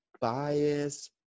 bias